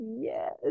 Yes